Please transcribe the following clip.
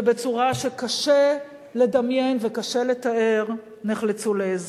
שבצורה שקשה לדמיין וקשה לתאר נחלצו לעזרה.